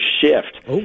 shift